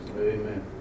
Amen